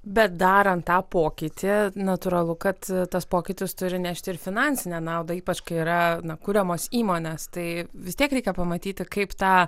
bet darant tą pokytį natūralu kad tas pokytis turi nešti ir finansinę naudą ypač kai yra na kuriamos įmonės tai vis tiek reikia pamatyti kaip tą